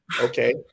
okay